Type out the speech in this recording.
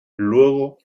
luego